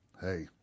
Hey